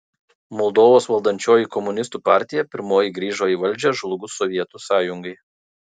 moldovos valdančioji komunistų partija pirmoji grįžo į valdžią žlugus sovietų sąjungai